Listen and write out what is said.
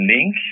Link